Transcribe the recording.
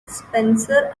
spencer